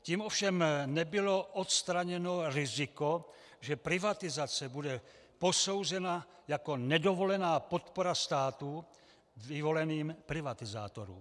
Tím ovšem nebylo odstraněno riziko, že privatizace bude posouzena jako nedovolená podpora státu vyvoleným privatizátorům.